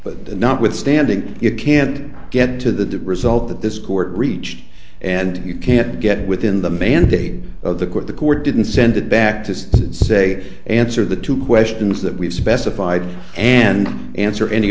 but notwithstanding it can't get to the result that this court reach and you can't get within the mandate of the court the court didn't send it back to say answer the two questions that we've specified and answer any